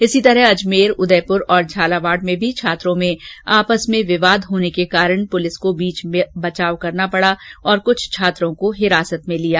इसी तरह अजमेर उदयपुर और झालावाड़ में भी छात्रों में आपस में विवाद होने के कारण पुलिस को बीच बचाव करना पड़ा और कुछ छात्रों को हिरासत में लिया